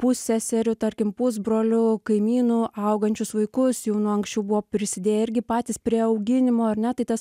pusseserių tarkim pusbrolių kaimynų augančius vaikus jau nuo anksčiau buvo prisidėję irgi patys prie auginimo ar ne tai tas